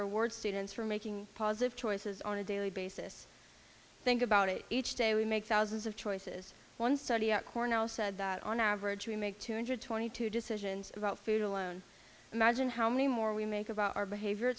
rewards students for making positive choices on a daily basis think about it each day we make thousands of choices one study at cornell said that on average we make two hundred twenty two decisions about food alone imagine how many more we make about our behavior